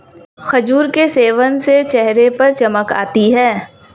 खजूर के सेवन से चेहरे पर चमक आती है